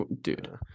dude